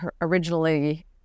originally